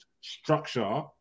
structure